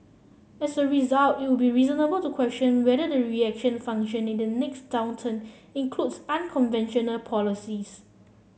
as a result it would be reasonable to question whether the reaction function in the next downturn includes unconventional policies